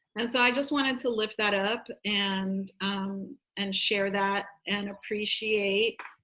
and so i just wanted to lift that up, and and share that, and appreciate